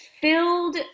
filled